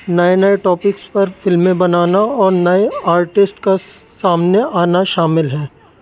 نئے نئے ٹاپکس پر فلمیں بنانا اور نئے آرٹسٹ کا سامنے آنا شامل ہے